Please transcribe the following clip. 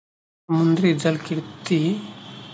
समुद्री जलकृषि बहुत देस में व्यवसाय के रूप में कयल जाइत अछि